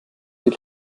die